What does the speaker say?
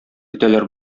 итәләр